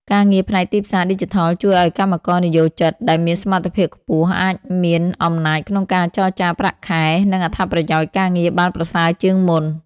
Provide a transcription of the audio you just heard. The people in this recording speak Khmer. ការងារផ្នែកទីផ្សារឌីជីថលជួយឱ្យកម្មករនិយោជិតដែលមានសមត្ថភាពខ្ពស់ អាចមានអំណាចក្នុងការចរចាប្រាក់ខែ និងអត្ថប្រយោជន៍ការងារបានប្រសើរជាងមុន។